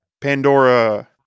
Pandora